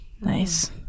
nice